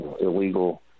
illegal